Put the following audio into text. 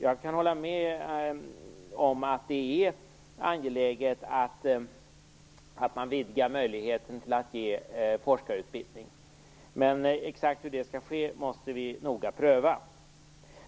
Jag kan hålla med om att det är angeläget att man vidgar möjligheten att ge forskarutbildning, men exakt hur det skall ske måste vi noga pröva.